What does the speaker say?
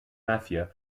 mafia